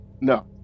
No